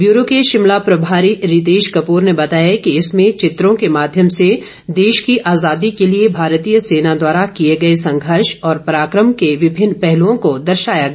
bureau के शिमला प्रभारी रितेश कपूर ने बताया कि इसमें चित्रों के माध्यम से देश की आजादी के लिए भारतीय सेना द्वारा किए गए संघर्ष और पराकम के विभिन्न पहलुओं को दर्शाया गया